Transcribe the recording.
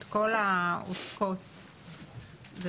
את כל העוסקות בדבר.